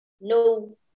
no